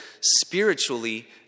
spiritually